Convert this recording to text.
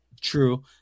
True